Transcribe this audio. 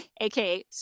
aka